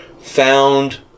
found